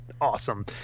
awesome